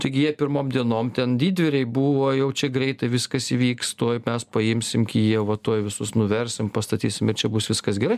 taigi jie pirmom dienom ten didvyriai buvo jau čia greitai viskas įvyks tuoj mes paimsim kijevą tuoj visus nuversim pastatysim ir čia bus viskas gerai